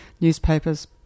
newspapers